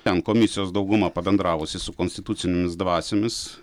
ten komisijos dauguma pabendravusi su konstitucinėmis dvasiomis